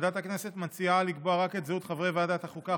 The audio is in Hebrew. ועדת הכנסת מציעה לקבוע רק את חברי ועדת החוקה,